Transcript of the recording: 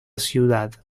ciudad